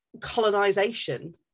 colonization